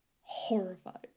horrified